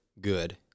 good